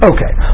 Okay